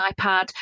iPad